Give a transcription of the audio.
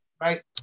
Right